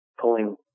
pulling